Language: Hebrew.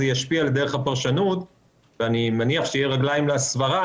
זה ישפיע על דרך הפרשנות ואני מניח שיהיו רגליים לסברה